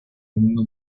mundo